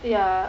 ya